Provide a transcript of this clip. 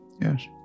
Yes